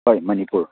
ꯍꯣꯏ ꯃꯅꯤꯄꯨꯔ